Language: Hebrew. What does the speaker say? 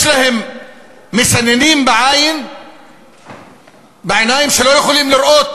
יש להם מסננים בעיניים שלא יכולים לראות